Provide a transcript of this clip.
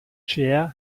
chair